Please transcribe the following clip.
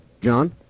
John